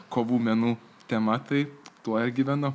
kovų menų tema tai tuo ir gyvenu